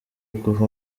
guha